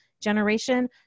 generation